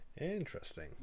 interesting